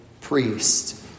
priest